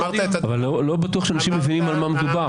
לא בטוח שאנשים מבינים על מה מדובר.